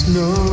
no